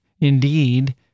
Indeed